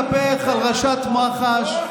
ואז התחלת להתהפך על ראשת מח"ש,